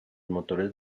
motores